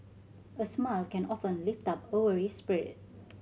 a smile can often lift up a weary spirit